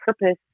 purpose